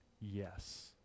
Yes